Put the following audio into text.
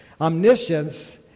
Omniscience